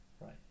Right